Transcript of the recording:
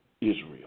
Israel